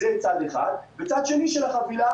כל הסיסמאות לא מעניינות.